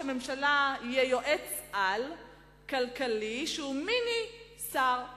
הממשלה יהיה יועץ-על כלכלי שהוא מיני שר אוצר.